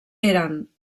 eren